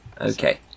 Okay